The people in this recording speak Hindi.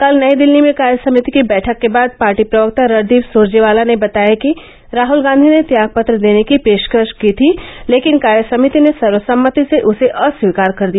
कल नई दिल्ली में कार्य समिति की बैठक के बाद पार्टी प्रवक्ता रणदीप सुरजेवाला ने बताया कि राहुल गांधी ने त्याग पत्र देने की पेशकश की थी लेकिन कार्य समिति ने सर्वसम्मति से उसे अस्वीकार कर दिया